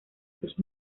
sus